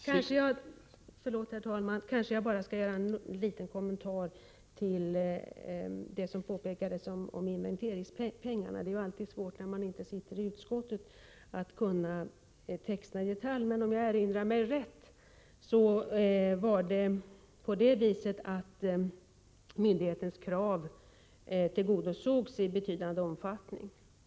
5 Om åtgärder för att i Får jag till slut göra en liten KÖRUrEntar till det sn påpekades om begränsa försurinventeringspengarna: Det är Aled Svårt nr man ine Sitter i BISKOr att ningen av mark och kunna texterna i detalj. Men om jag erinrar mig rätt tillgodosågs myndighevatten, m.m. tens krav i betydande omfattning.